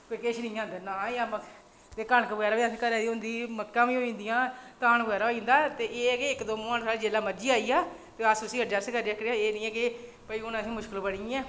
कोई किश निं ऐ अंदर ते कनक बगैरा बी असें घरै दी होंदी मक्कां बी होई जंदियां धान बगैरा होई जंदा ते एह् ऐ कि इक दो मेह्मान साढ़े जेल्लै मर्ज़ी आई जा ते अस उसी अडजस्ट करी सकने आं एह् निं ऐ की भई हून असें मुशकल बनी गेआ